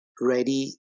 ready